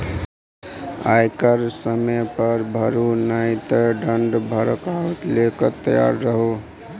आयकर समय पर भरू नहि तँ दण्ड भरबाक लेल तैयार रहु